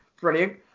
Brilliant